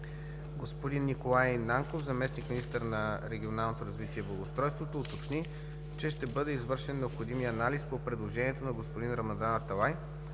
Господин Николай Нанков – заместник-министър на регионалното развитие и благоустройство, уточни, че ще бъде извършен необходимият анализ по предложението на господин Рамадан Аталай,